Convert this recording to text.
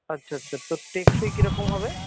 আচ্ছা আচ্ছা তো টেকসই কীরকম হবে